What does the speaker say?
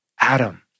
Adam